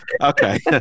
Okay